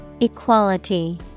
Equality